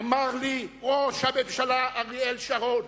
אמר לי ראש הממשלה אריאל שרון: